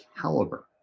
caliber